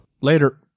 Later